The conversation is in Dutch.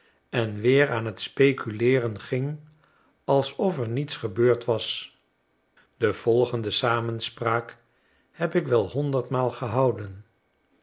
en weer aan t speculeeren ging alsof er niets gebeurd was de volgende samenspraak heb ik wel honderdmaal gehouden